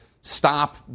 stop